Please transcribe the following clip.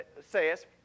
says